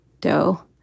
dough